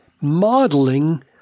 modeling